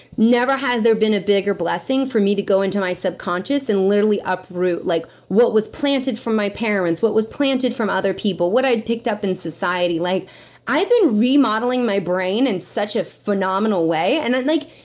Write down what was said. never has there been a bigger blessing than for me to go into my subconscious, and literally uproot like what was planted from my parents, what was planted from other people, what i'd picked up in society. like i've been remodeling my brain in and such a phenomenal way, and i'm like,